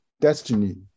destiny